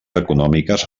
econòmiques